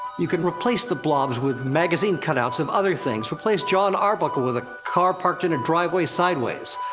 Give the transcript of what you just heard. you can replace the blobs with magazine cutouts of other things. replace jon arbuckle with a car parked in a driveway sideways.